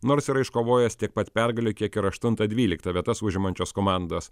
nors yra iškovojęs tiek pat pergalių kiek ir aštuntą dvyliktą vietas užimančios komandos